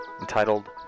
entitled